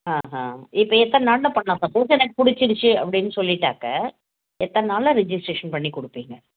ஆஹா இப்போ எத்தனை நாளில் பண்ணலாம் சப்போஸ் எனக்கு பிடிச்சிருச்சு அப்படின்னு சொல்லிட்டாக்க எத்தன நாளில் ரிஜிஸ்ட்ரேஷன் பண்ணிக் கொடுப்பிங்க